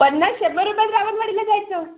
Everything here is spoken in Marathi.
पन्नास शंभर रुपयात रावणवाडीला जायचं